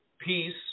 peace